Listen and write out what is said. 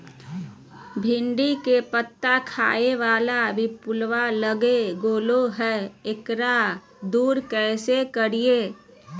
भिंडी के पत्ता खाए बाला पिलुवा लग गेलै हैं, एकरा दूर कैसे करियय?